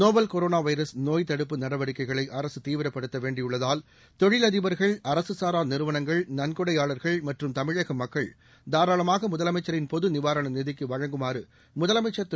novel corona virus நோய்த்தடுப்பு நடவடிக்கைகளை அரசு தீவிரப்படுத்த வேண்டியுள்ளதால் தொழிலதிபர்கள் அரசு சாரா நிறுவனங்கள் நன்கொடையாளர்கள் மற்றும் தமிழக மக்கள் பொது காராளமாக முதலமைச்சின் நிதிக்கு வழங்குமாறு முதலமைச்சர் திரு